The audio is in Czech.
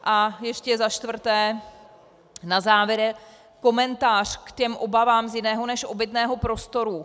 A ještě za čtvrté, na závěr, komentář k obavám z jiného než obytného prostoru.